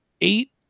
eight